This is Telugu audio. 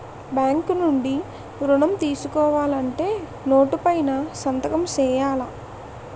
బ్యాంకు నుండి ఋణం తీసుకోవాలంటే నోటు పైన సంతకం సేయాల